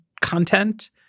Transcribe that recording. content